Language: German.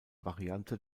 variante